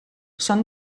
són